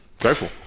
grateful